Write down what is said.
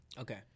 Okay